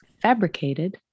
fabricated